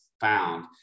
found